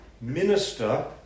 minister